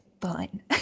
fun